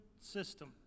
system